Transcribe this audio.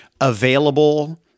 available